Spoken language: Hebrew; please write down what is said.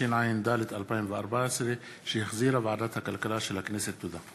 עברה בקריאה שלישית.